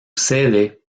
sede